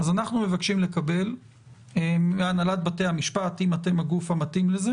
אנחנו מבקשים לקבל מהנהלת בתי המשפט אם אתם הגוף המתאים לזה